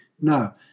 No